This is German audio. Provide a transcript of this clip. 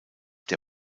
der